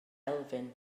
elfyn